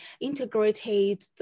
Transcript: integrated